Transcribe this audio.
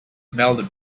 melded